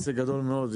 הישג גדול מאוד,